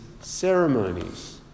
ceremonies